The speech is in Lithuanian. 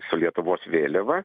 su lietuvos vėliava